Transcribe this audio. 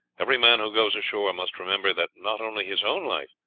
every man who goes ashore must remember that not only his own life,